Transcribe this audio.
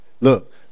look